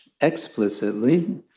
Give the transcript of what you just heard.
explicitly